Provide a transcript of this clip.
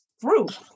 fruit